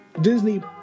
Disney